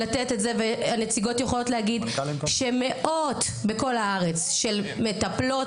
והנציגות יכולות להגיד שמאות בכל הארץ של מטפלות,